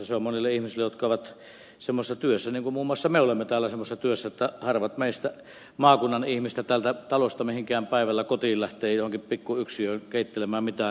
se on tarpeen monille ihmisille jotka ovat semmoisessa työssä niin kuin muun muassa me olemme täällä semmoisessa työssä että harvat meistä maakunnan ihmisistä täältä talosta päivällä mihinkään kotiin lähtevät johonkin pikkuyksiöön keittelemään mitään